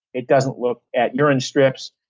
it doesn't look at urine strips.